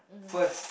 first